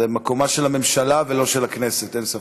זה מקומה של הממשלה ולא של הכנסת, אין ספק.